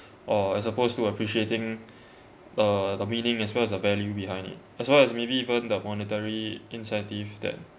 or as opposed to appreciating uh the meaning as well as the value behind it as well as maybe even the monetary incentive that